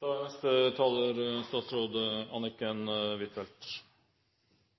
Jeg vil understreke at utgangspunktet for at vi ønsker å gjennomgå denne loven nettopp er